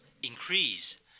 Increase